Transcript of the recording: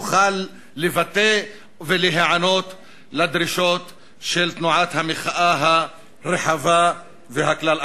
שתוכל לבטא ולהיענות לדרישות של תנועת המחאה הרחבה והכלל-ארצית.